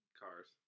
cars